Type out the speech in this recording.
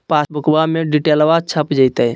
पासबुका में डिटेल्बा छप जयते?